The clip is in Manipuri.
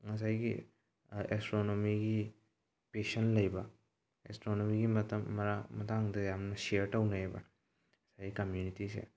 ꯉꯁꯥꯏꯒꯤ ꯑꯦꯁꯇ꯭ꯔꯣꯅꯣꯃꯤꯒꯤ ꯄꯦꯁꯟ ꯂꯩꯕ ꯑꯦꯁꯇ꯭ꯔꯣꯅꯣꯃꯤꯒꯤ ꯃꯇꯥꯡꯗ ꯌꯥꯝꯅ ꯁꯤꯌꯔ ꯇꯧꯅꯩꯑꯕ ꯉꯁꯥꯏꯒꯤ ꯀꯝꯃ꯭ꯌꯨꯅꯤꯇꯤꯁꯦ